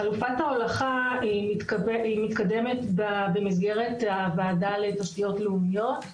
חלופת ההולכה מתקדמת במסגרת הוועדה לתשתיות לאומיות.